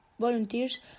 volunteers